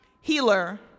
healer